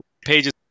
pages